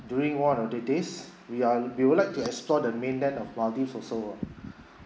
during one of the days we are we would like to explore the mainland of maldives also